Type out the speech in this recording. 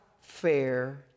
fair